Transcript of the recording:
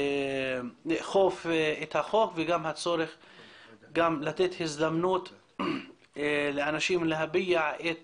לאכוף את החוק וגם לתת הזדמנות לאנשים להביע את